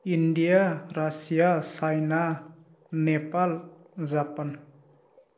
India Russia China Nepal Japan